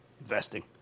Investing